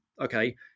okay